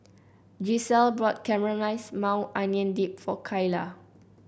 Gisselle bought Caramelized Maui Onion Dip for Kyla